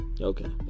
Okay